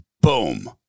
Boom